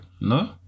No